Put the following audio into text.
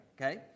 okay